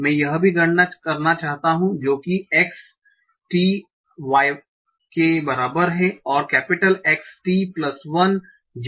मैं यह भी गणना करना चाहता हूं जो कि X t y के बराबर है और X t1 j